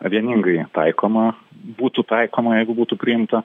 vieningai taikoma būtų taikoma jeigu būtų priimta